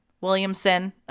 Williamson